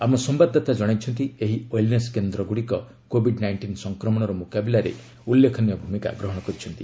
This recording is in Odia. ଆମ ସମ୍ଘାଦଦାତା ଜଣାଇଛନ୍ତି ଏହି ଓ୍ୱେଲ୍ନେସ୍ କେନ୍ଦ୍ରଗୁଡ଼ିକ କୋଭିଡ୍ ନାଇଷ୍ଟିନ୍ ସଂକ୍ରମଣର ମୁକାବିଲାରେ ଉଲ୍ଲେଖନୀୟ ଭୂମିକା ଗ୍ରହଣ କରିଛନ୍ତି